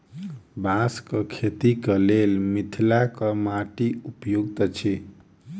बाँसक खेतीक लेल मिथिलाक माटि उपयुक्त अछि